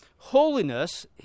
Holiness